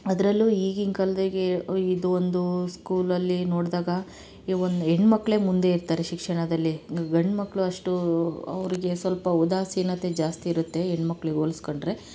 ಅದರಲ್ಲೂ ಈಗಿನ ಕಾಲದಾಗೆ ಇದು ಒಂದು ಸ್ಕೂಲಲ್ಲಿ ನೋಡಿದಾಗ ಈ ಒಂದು ಹೆಣ್ಮಕ್ಳೆ ಮುಂದೆ ಇರ್ತಾರೆ ಶಿಕ್ಷಣದಲ್ಲಿ ಗ್ ಗಂಡ್ಮಕ್ಳು ಅಷ್ಟು ಅವರಿಗೆ ಸ್ವಲ್ಪ ಉದಾಸೀನತೆ ಜಾಸ್ತಿ ಇರುತ್ತೆ ಹೆಣ್ಮಕ್ಳಿಗ್ ಹೋಲ್ಸ್ಕೊಂಡ್ರೆ